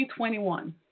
2021